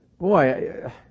boy